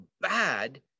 bad